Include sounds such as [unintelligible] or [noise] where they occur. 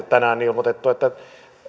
[unintelligible] tänään on ilmoitettu että